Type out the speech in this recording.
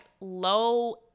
low